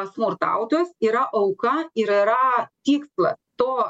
smurtautojas yra auka ir yra tikslas to